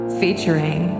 featuring